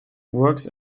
works